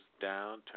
down